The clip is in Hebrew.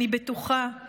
אני בטוחה,